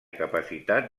capacitat